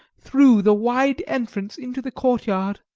through the wide entrance into the courtyard.